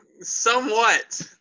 Somewhat